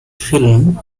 film